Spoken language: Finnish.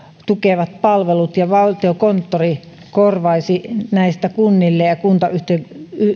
tukevat palvelut ja että valtiokonttori korvaisi näistä kunnille ja